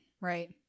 right